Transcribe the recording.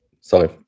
Sorry